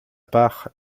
part